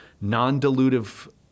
non-dilutive